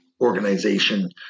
organization